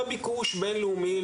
בשורה התחתונה,